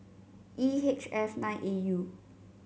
E H F nine A U